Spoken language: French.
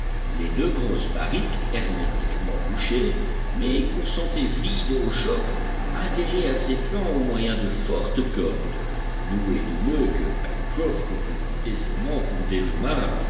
les deux grosses barriques hermétiquement bouchées mais qu'on sentait vides au choc adhéraient à ses flancs au moyen de fortes cordes nouées de noeuds que pencroff reconnut aisément pour